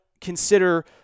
consider